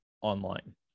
online